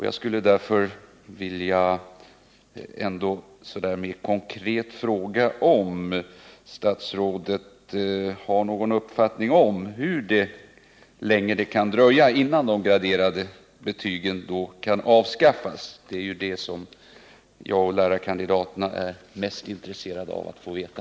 Jag vill därför mer konkret fråga om statsrådet har någon uppfattning om hur länge det kan dröja innan de graderade betygen avskaffas. Det är detta som jag och lärarkandidaterna är mest intresserade av att få veta.